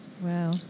Wow